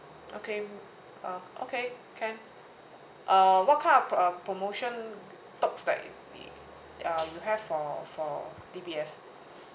okay uh okay can uh what kind of uh promotion perks that is uh you have for for D_B_S